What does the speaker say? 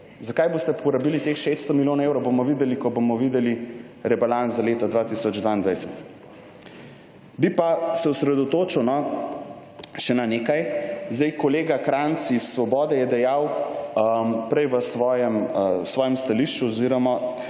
Zakaj boste porabili teh 600 milijonov evrov bomo videli, ko bomo videli rebalans za leto 2022. Bi pa se osredotočil, no, še na nekaj. Zdaj, kolega Krajnc iz Svobode je dejal prej v svojem stališču oziroma,